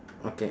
okay